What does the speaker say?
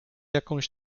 jakąś